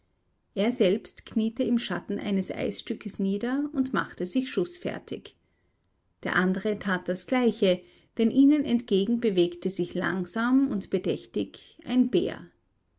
er selbst kniete im schatten eines eisstückes nieder und machte sich schußfertig der andere tat das gleiche denn ihnen entgegen bewegte sich langsam und bedächtig ein bär